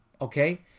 Okay